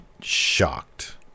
shocked